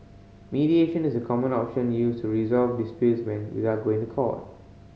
mediation is a common option used to resolve disputes when without going to court